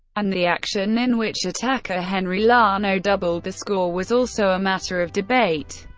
and the action in which attacker henri larnoe doubled the score was also a matter of debate.